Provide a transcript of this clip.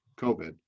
COVID